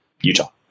Utah